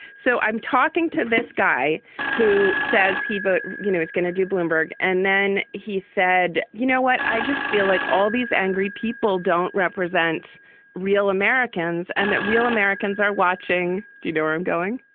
so i'm talking to this guy who says he vote, you know, he's going to do bloomberg. and then he said, you know what? i just feel like all these angry people don't represent real americans and that real americans are watching. do you know where i'm going?